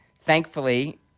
thankfully